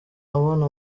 abona